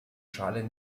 schale